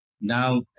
Now